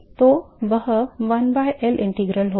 तो वह one by L integral होगा